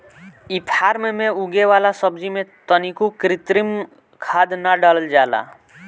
इ फार्म में उगे वाला सब्जी में तनिको कृत्रिम खाद ना डालल जाला